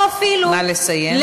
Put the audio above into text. נא לסיים.